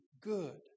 good